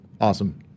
awesome